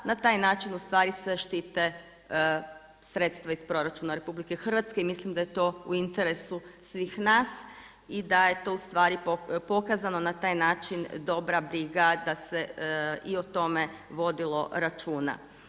Na taj način ustvari se štite sredstva iz proračuna RH i mislim da je to u interesu svi nas i da je to ustvari pokazano na taj način dobra briga da se i o tome vodilo računa.